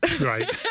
Right